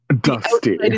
dusty